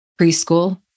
preschool